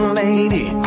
lady